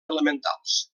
elementals